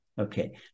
Okay